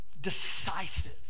decisive